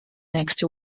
next